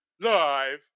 Live